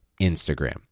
Instagram